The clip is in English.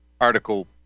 Article